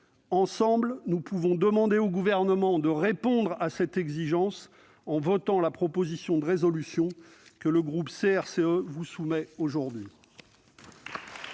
Ensemble, nous pouvons demander au Gouvernement de répondre à cette exigence en votant la proposition de résolution que le groupe CRCE vous soumet aujourd'hui.